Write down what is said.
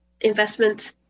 investment